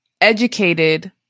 educated